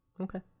Okay